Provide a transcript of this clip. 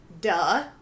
duh